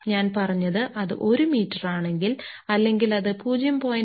ഞാൻ പറഞ്ഞത് അത് 1 മീറ്ററാണെങ്കിൽ അല്ലെങ്കിൽ അത് 0